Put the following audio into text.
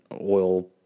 oil